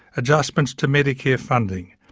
adjustments to medicare funding,